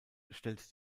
stellt